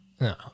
No